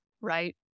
right